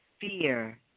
fear